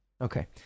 Okay